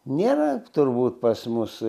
nėra turbūt pas mus